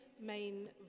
main